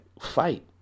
fight